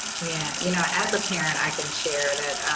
yeah. you know, as a parent, i can share that,